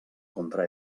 contra